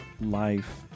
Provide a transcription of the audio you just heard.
life